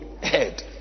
head